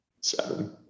Seven